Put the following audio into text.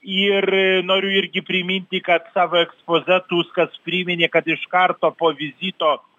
ir noriu irgi priminti kad savo ekspoze tuskas priminė kad iš karto po vizito